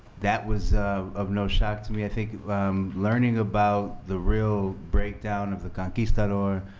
that was of no shock to me. i think learning about the real breakdown of the conquistador,